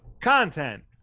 Content